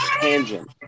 tangent